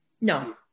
No